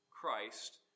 Christ